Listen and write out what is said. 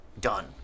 done